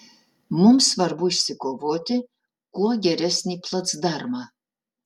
mums svarbu išsikovoti kuo geresnį placdarmą